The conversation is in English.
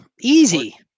Easy